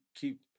keep